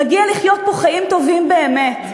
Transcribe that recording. מגיע לחיות פה חיים טובים באמת.